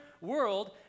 world